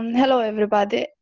hello everybody.